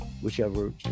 whichever